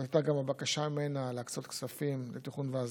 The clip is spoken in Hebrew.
הייתה גם הבקשה ממנה להקצות כספים לתכנון והסדרה,